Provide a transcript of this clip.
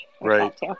right